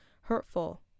hurtful